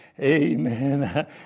amen